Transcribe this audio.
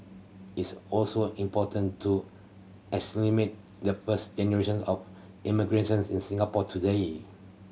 it's also important to assimilate the first generation of immigrants in Singapore today